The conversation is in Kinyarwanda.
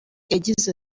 yagize